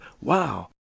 Wow